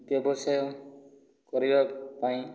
ବ୍ୟବସାୟ କରିବା ପାଇଁ